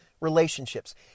relationships